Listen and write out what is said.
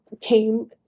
came